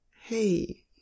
hey